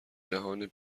جهان